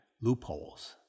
loopholes